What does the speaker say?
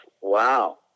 Wow